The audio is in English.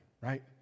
right